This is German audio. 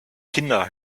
kinder